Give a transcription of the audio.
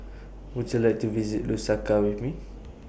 Would YOU like to visit Lusaka with Me